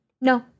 No